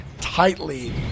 tightly